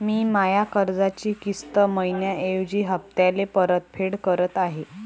मी माया कर्जाची किस्त मइन्याऐवजी हप्त्याले परतफेड करत आहे